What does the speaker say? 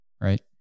right